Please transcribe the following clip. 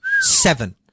Seven